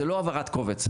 זה לא העברת קובץ,